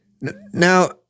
Now